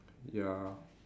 ya